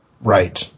Right